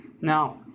Now